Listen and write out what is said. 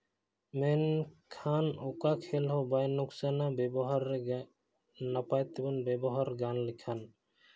ᱢᱮᱱᱠᱷᱟᱱ ᱚᱠᱟ ᱠᱷᱮᱞ ᱦᱚᱸ ᱵᱟᱭ ᱞᱳᱠᱥᱟᱱᱟ ᱵᱮᱵᱚᱦᱟᱨ ᱨᱮᱜᱮ ᱱᱟᱯᱟᱭ ᱛᱮᱵᱚᱱ ᱵᱮᱵᱚᱦᱟᱨ ᱜᱟᱱ ᱞᱮᱠᱷᱟᱱ